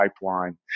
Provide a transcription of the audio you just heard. pipeline